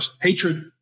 hatred